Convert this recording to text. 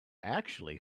actually